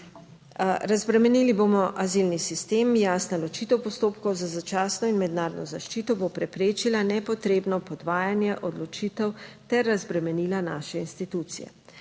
Razbremenili bomo azilni sistem. Jasna ločitev postopkov za začasno in mednarodno zaščito bo preprečila nepotrebno podvajanje odločitev ter razbremenila naše institucije.